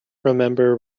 remember